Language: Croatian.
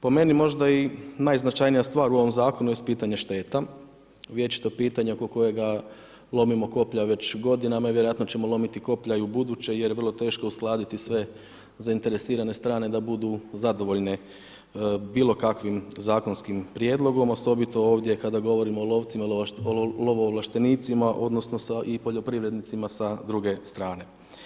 Po meni, meni možda i najznačajnija stvar u ovom zakonu jest pitanje šteta, vječito pitanje oko kojega lomimo koplja već godinama i vjerojatno ćemo lomiti koplja i u buduće jer vrlo teško uskladiti sve zainteresirane strane da budu zadovoljne bilo kakvim zakonskim prijedlogom osobito ovdje kada govorimo o lovcima i lovo ovlaštenicima odnosno sa i poljoprivrednicima sa druge strane.